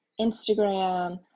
Instagram